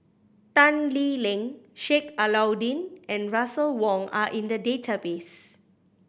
Tan Lee Leng Sheik Alau'ddin and Russel Wong are in the database